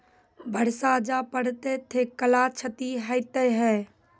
बरसा जा पढ़ते थे कला क्षति हेतै है?